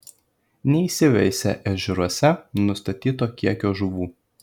neįveisė ežeruose nustatyto kiekio žuvų